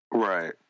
Right